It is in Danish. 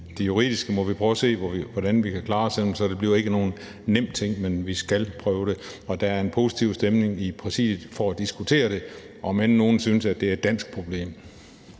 Det juridiske må vi prøve at se på hvordan vi kan klare, selv om det ikke bliver nogen nem ting, men vi skal prøve det. Der er en positiv stemning i Præsidiet for at diskutere det, om end nogle synes, at det er et dansk problem.